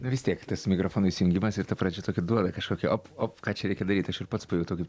vis tiek tas mikrofono įsijungiamas ir ta pradžia tokia duoda kažkokio op op ką čia reikia daryt aš ir pats pajutau kaip